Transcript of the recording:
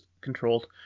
controlled